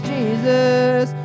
Jesus